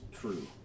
true